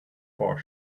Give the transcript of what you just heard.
four